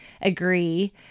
agree